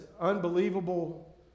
unbelievable